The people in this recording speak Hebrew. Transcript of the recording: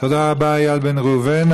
תודה רבה, איל בן ראובן.